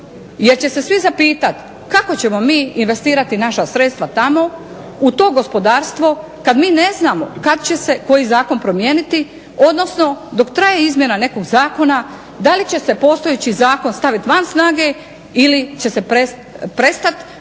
jer će se svi zapitati kako ćemo mi investirati naša sredstva tamo u to gospodarstvo kad mi ne znamo kad će se koji zakon promijeniti, odnosno dok traje izmjena nekog zakona da li će se postojeći zakon staviti van snage ili će se prestati